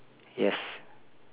yes